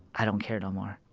i don't care no more.